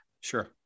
Sure